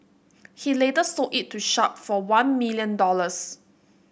he later sold it to Sharp for one million dollars